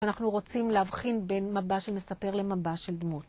אנחנו רוצים להבחין בין מבע של מספר למבע של דמות.